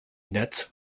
nets